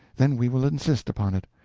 then we will insist upon it.